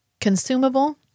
consumable